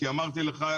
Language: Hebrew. אמרתי לך,